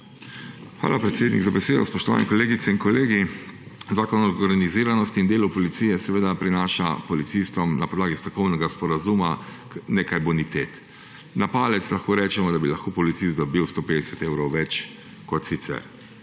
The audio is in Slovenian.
Hvala, predsednik, za besedo. Spoštovani kolegice in kolegi! Zakon o organiziranosti in delu v policiji seveda prinaša policistom na podlagi strokovnega sporazuma nekaj bonitet. Na palec lahko rečemo, da bi lahko policist dobil 150 evrov več, kot sicer.